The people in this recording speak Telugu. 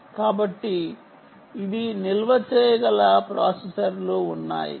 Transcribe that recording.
కాబట్టి ఇది నిల్వ చేయగల ప్రాసెసర్లు ఉన్నాయి